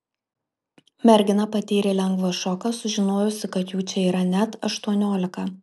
mergina patyrė lengvą šoką sužinojusi kad jų čia yra net aštuoniolika